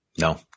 No